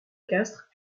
castres